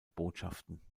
botschaften